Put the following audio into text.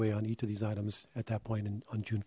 way on each of these items at that point on ju